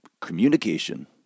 communication